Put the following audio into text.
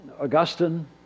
Augustine